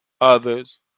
other's